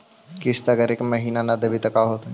किस्त अगर एक महीना न देबै त का होतै?